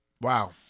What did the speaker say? Wow